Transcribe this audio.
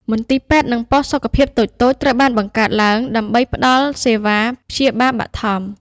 មន្ទីរពេទ្យ និងប៉ុស្តិ៍សុខភាពតូចៗត្រូវបានបង្កើតឡើង ដើម្បីផ្ដល់សេវាព្យាបាលបឋម។